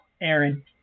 Aaron